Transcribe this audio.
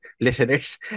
Listeners